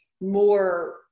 more